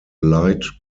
light